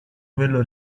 quello